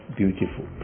beautiful